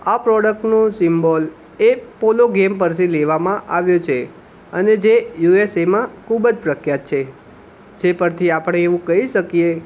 આ પ્રોડક્ટનું સિમ્બૉલ એ પોલો ગેમ પરથી લેવામાં આવ્યો છે અને જે યુ એસ એમાં ખૂબ જ પ્રખ્યાત છે જે પરથી આપણે એવું કહી શકીએ